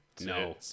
No